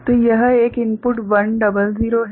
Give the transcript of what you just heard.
तो यह एक इनपुट 100 है